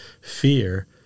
fear